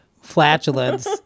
flatulence